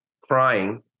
crying